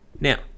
Now